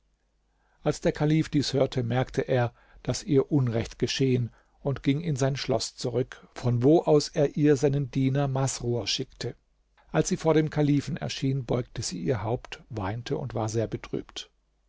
als der kalif dies hörte merkte er daß ihr unrecht geschehen und ging in sein schloß zurück von wo aus er ihr seinen diener masrur schickte als sie vor dem kalifen erschien beugte sie ihr haupt weinte und war sehr betrübt